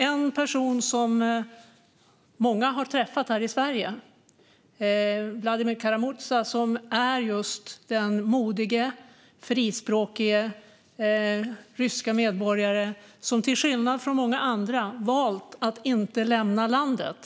En person som många har träffat här i Sverige, Vladimir Kara-Murza, är en modig, frispråkig rysk medborgare som till skillnad från många andra har valt att inte lämna landet.